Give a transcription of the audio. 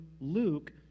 Luke